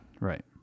Right